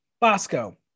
Bosco